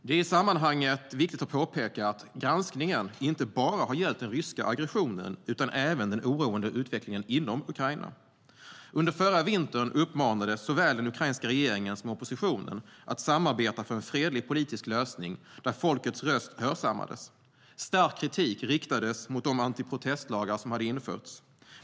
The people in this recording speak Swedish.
Det är i sammanhanget viktigt att påpeka att granskningen inte bara har gällt den ryska aggressionen utan även den oroande utvecklingen inom Ukraina. Under förra vintern uppmanades såväl den ukrainska regeringen som oppositionen att samarbeta för en fredlig politisk lösning där folkets röst hörsammades. Stark kritik riktades mot de anti-protestlagar som hade införts.